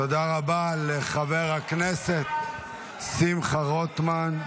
תודה רבה לחבר הכנסת שמחה רוטמן.